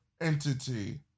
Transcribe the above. entity